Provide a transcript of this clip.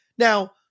Now